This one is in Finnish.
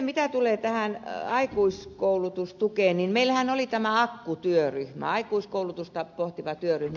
mitä tulee tähän aikuiskoulutustukeen niin meillähän oli akku työryhmä aikuiskoulutusta pohtiva työryhmä